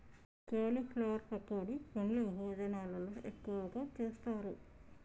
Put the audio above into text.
cauliflower పకోడీ పెండ్లి భోజనాలల్ల ఎక్కువగా చేస్తారు